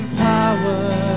power